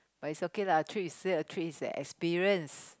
but it's okay lah trip is just a trip it's a experience